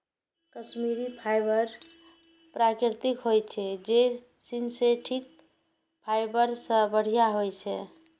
Kashmiri fibre प्राकृतिक होइ छै, जे सिंथेटिक फाइबर सं बढ़िया होइ छै